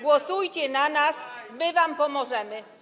głosujcie na nas, my wam pomożemy.